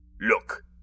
Look